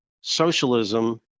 socialism